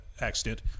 accident